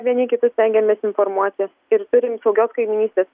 vieni kitus stengiamės informuoti ir turim saugios kaimynystės